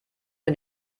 mit